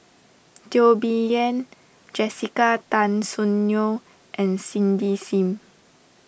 Teo Bee Yen Jessica Tan Soon Neo and Cindy Sim